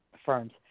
firms